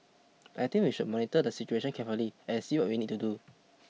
I think we should monitor the situation carefully and see what we need to do